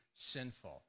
sinful